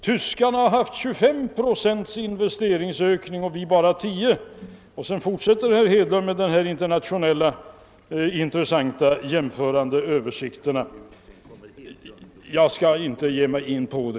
Tyskarna har haft 25 procents investeringsökning och vi bara 10 procent, säger herr Hedlund och fortsätter med dessa intressanta jämförande internationella översikter. Jag skall inte gå in på den saken närmare.